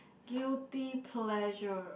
guilty pleasure